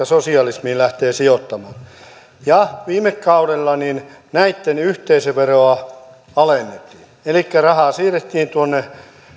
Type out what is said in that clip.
sosialismiin lähtevät sijoittamaan viime kaudella näitten yhteisöveroa alennettiin elikkä rahaa siirrettiin tuonne